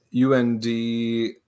UND